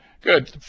good